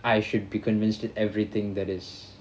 I should be convinced at everything that is